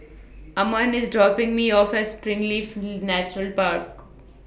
Amon IS dropping Me off At Springleaf Nature Park